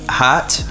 hot